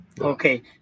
Okay